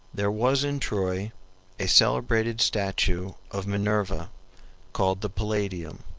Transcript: there was in troy a celebrated statue of minerva called the palladium.